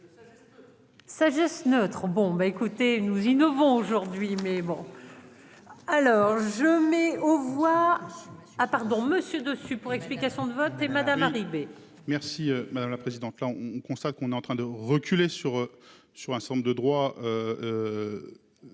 Sagesse neutre. Bon bah écoutez nous innovons aujourd'hui mais bon. Alors je mets aux voix. Ah pardon monsieur de support. Explications de vote et madame arriver. Merci madame la présidente, là on constate qu'on est en train de reculer sur sur un certain nombre de droits.